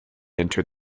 entered